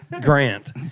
Grant